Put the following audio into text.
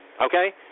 Okay